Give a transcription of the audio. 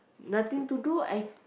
nothing to do I